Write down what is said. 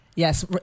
Yes